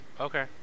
okay